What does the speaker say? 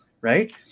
right